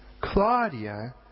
Claudia